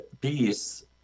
peace